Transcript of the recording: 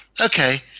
okay